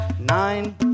nine